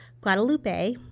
Guadalupe